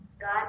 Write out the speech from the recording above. God